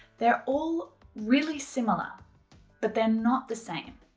they're all really similar but they're not the same.